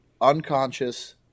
unconscious